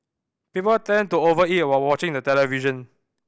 people tend to over eat while watching the television